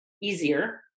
easier